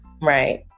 Right